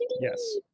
Yes